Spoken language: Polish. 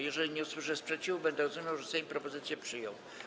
Jeżeli nie usłyszę sprzeciwu, będę rozumiał, że Sejm propozycję przyjął.